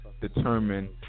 Determine